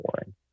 boring